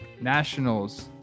Nationals